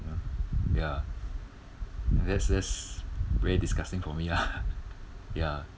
ya that's that's very disgusting for me lah yah